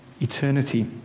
eternity